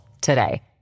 today